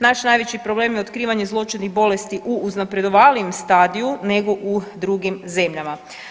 Naš najveći problem je otkrivanje zloćudnih bolesti u uznapredovalijem stadiju nego u drugim zemljama.